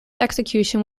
execution